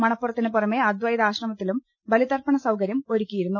മണപ്പുറത്തിന് പുറമെ അദ്വൈതാശ്രമത്തിലും ബലിതർപ്പണ സൌകര്യം ഒരുക്കി യിരുന്നു